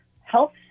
health